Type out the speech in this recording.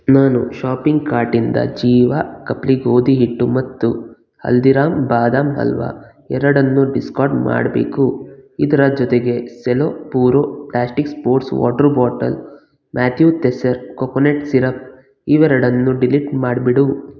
ನಾನು ಶಾಪಿಂಗ್ ಕಾರ್ಟಿಂದ ಜೀವ ಖಪ್ಲಿ ಗೋಧಿ ಹಿಟ್ಟು ಮತ್ತು ಹಲ್ದಿರಾಮ್ ಬಾದಾಮಿ ಹಲ್ವ ಎರಡನ್ನೂ ಡಿಸ್ಕಾರ್ಡ್ ಮಾಡಬೇಕು ಇದರ ಜೊತೆಗೆ Cello Puro plastic sports water bottle ಮ್ಯಾಥ್ಯೂ ತೆಸ್ಸರ್ ಕೊಕೊನೆಟ್ ಸಿರಪ್ ಇವೆರಡನ್ನು ಡಿಲೀಟ್ ಮಾಡಿಬಿಡು